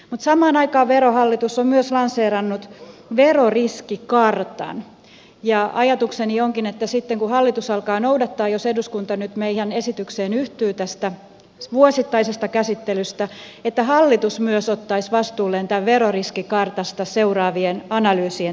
samaan aikaan verohallitus on myös lanseerannut veroriskikartan ja ajatukseni onkin että sitten kun hallitus alkaa puheena olevaa esitystä noudattaa jos eduskunta nyt yhtyy meidän esitykseemme tästä vuosittaisesta käsittelystä niin hallitus myös ottaisi vastuulleen tämän veroriskikartasta seuraavien analyysien tekemisen